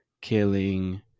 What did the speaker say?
killing